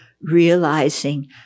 realizing